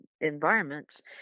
environments